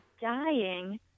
dying